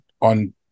on